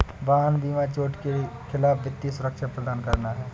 वाहन बीमा चोट के खिलाफ वित्तीय सुरक्षा प्रदान करना है